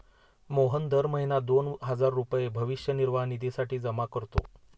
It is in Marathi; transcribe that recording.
मोहन दर महीना दोन हजार रुपये भविष्य निर्वाह निधीसाठी जमा करतो